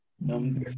number